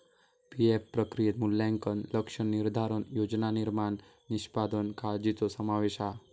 PF प्रक्रियेत मूल्यांकन, लक्ष्य निर्धारण, योजना निर्माण, निष्पादन काळ्जीचो समावेश हा